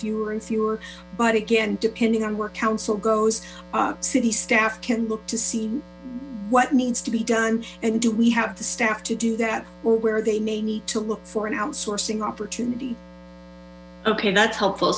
fewer and fewer but again depending on where council goes city staff can look to see what needs to be done and do we have the staff to do that well where they may need to look for an outsourcing opportunity ok that's helpful